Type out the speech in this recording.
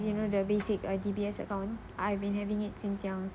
you know their basic uh D_B_S account I've been having it since young